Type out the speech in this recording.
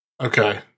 Okay